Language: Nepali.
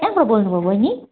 कहाँबाट बोल्नु भो बहिनी